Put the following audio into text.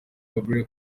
gabriel